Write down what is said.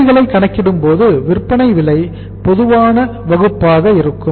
எடைகளை கணக்கிடும்போது விற்பனை விலை பொதுவான வகுப்பாக இருக்கும்